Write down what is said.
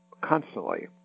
constantly